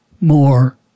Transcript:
more